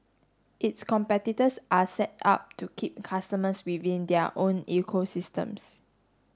its competitors are set up to keep customers within their own ecosystems